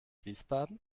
wiesbaden